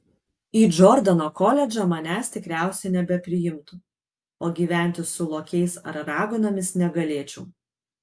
į džordano koledžą manęs tikriausiai nebepriimtų o gyventi su lokiais ar raganomis negalėčiau